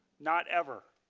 not ever.